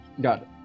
Got